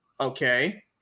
okay